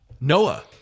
Noah